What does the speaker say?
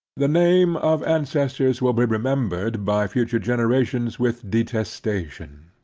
the name of ancestors will be remembered by future generations with detestation.